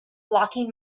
blocking